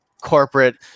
corporate